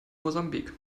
mosambik